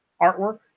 artwork